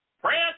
Press